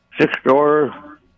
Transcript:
six-door